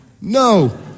No